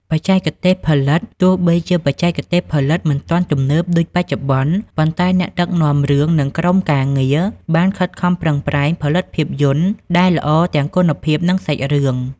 បច្ចេកទេសផលិត ទោះបីជាបច្ចេកទេសផលិតមិនទាន់ទំនើបដូចបច្ចុប្បន្ន ប៉ុន្តែអ្នកដឹកនាំរឿងនិងក្រុមការងារបានខិតខំប្រឹងប្រែងផលិតភាពយន្តដែលល្អទាំងគុណភាពនិងសាច់រឿង។